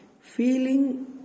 feeling